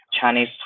Chinese